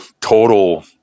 total